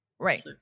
Right